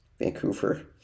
Vancouver